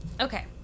okay